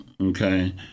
Okay